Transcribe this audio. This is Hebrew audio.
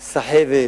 סחבת,